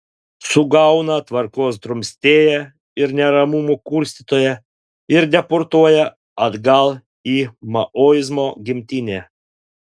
sugauna tvarkos drumstėją ir neramumų kurstytoją ir deportuoja atgal į maoizmo gimtinę